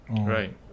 Right